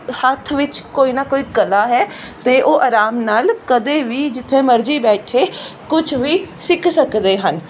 ਹੱਥ ਵਿੱਚ ਕੋਈ ਨਾ ਕੋਈ ਕਲਾ ਹੈ ਅਤੇ ਉਹ ਆਰਾਮ ਨਾਲ ਕਦੇ ਵੀ ਜਿੱਥੇ ਮਰਜ਼ੀ ਬੈਠੇ ਕੁਛ ਵੀ ਸਿੱਖ ਸਕਦੇ ਹਨ